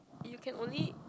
you can only